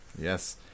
yes